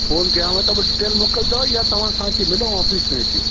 phone कयांव त पोइ डिटेल मोकिलींदव या तव्हां सां अची मिलूं ऑफिस में अची